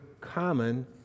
common